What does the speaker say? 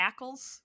Ackles